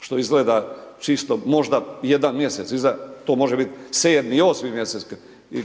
što izgleda čisto, možda jedan mjesec iza, to može biti 7., 8. mjesec,